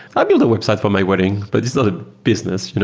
i built a website for my wedding, but it's not a business. you know